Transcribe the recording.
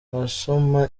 wasoma